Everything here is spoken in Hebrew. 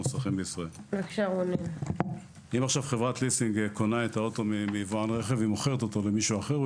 אם חברת הליסינג קונה עכשיו אוטו מיבואן הרכב ומוכרת אותו למישהו אחר,